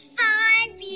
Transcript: five